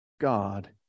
God